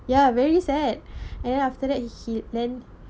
ya very sad and then after that he then